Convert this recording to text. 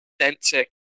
authentic